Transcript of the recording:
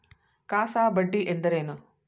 CASA ಬಡ್ಡಿ ಎಂದರೇನು?